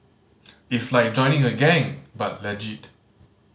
it's like joining a gang but legit